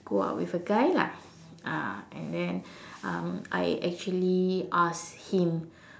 go out with a guy lah ah and then um I actually asked him